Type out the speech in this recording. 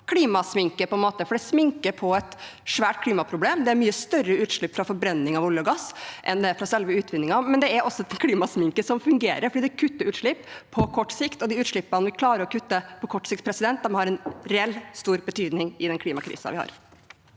klimasminke, for det sminker på et svært klimaproblem. Det er mye større utslipp fra forbrenning av olje og gass enn det er fra selve utvinningen. Samtidig er det klimasminke som fungerer, for det kutter utslipp på kort sikt, og de utslippene vi klarer å kutte på kort sikt, har en reelt stor betydning i den klimakrisen vi har.